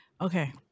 okay